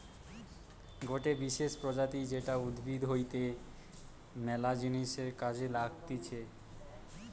গটে বিশেষ প্রজাতি যেটা উদ্ভিদ হইতে ম্যালা জিনিসের কাজে লাগতিছে